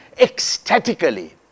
ecstatically